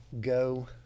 go